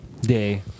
Day